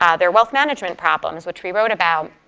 ah their wealth management problems, which we wrote about,